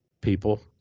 people